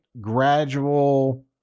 gradual